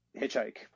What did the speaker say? hitchhike